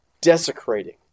desecrating